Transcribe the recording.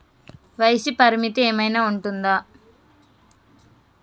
వయస్సు పరిమితి ఏమైనా ఉంటుందా?